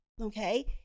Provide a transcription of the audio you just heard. okay